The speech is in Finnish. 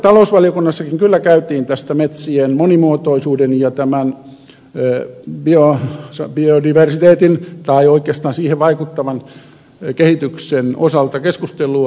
talousvaliokunnassakin kyllä käytiin tämän metsien monimuotoisuuden ja tämän biodiversiteetin tai oikeastaan niihin vaikuttavan kehityksen osalta keskustelua